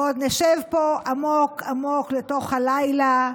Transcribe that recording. ועוד נשב פה עמוק עמוק לתוך הלילה,